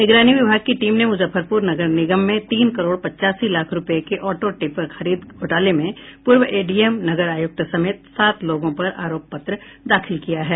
निगरानी विभाग की टीम ने मुजफ्फरपुर नगर निगम में तीन करोड़ पचासी लाख रूपये के ऑटो टिपर खरीद घोटाले में पूर्व एडीएम नगर आयुक्त समेत सात लोगों पर आरोप पत्र दाखिल किया है